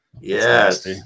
Yes